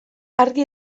argi